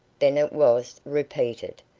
then it was repeated,